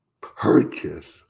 purchase